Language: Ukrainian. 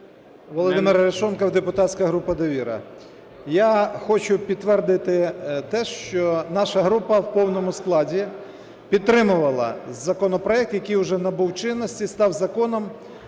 Володимир Арешонков, депутатська група "Довіра". Я хочу підтвердити те, що наша група в повному складі підтримувала законопроект, який вже набув чинності, став Законом,